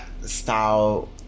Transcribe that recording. style